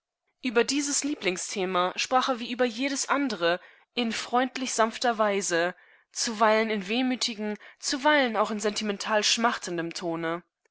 über dieses lieblingsthema sprach er wie über jedes andere in freundlich sanfter weise zuweilen in wehmütigem zuweilen auch in sentimental schmachtendem tone